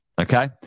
Okay